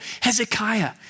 Hezekiah